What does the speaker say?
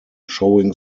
showing